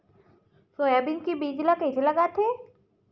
Soybean के बीज ल कइसे लगाथे?